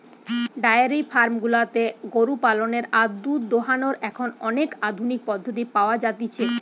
diary farm গুলাতে গরু পালনের আর দুধ দোহানোর এখন অনেক আধুনিক পদ্ধতি পাওয়া যতিছে